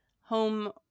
home